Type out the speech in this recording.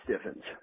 stiffens